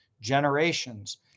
generations